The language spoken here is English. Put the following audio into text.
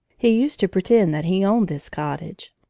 he used to pretend that he owned this cottage.